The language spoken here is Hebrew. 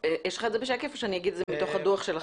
יש לך את זה בשקף או שאני אגיד את זה מתוך הדוח שלכם?